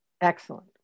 Excellent